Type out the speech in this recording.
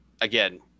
again